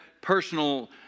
personal